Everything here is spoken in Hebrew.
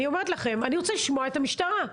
אני אומרת לכם, אני רוצה לשמוע את המשטרה.